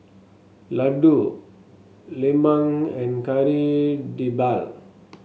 laddu lemang and Kari Debal